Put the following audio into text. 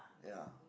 ya